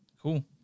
Cool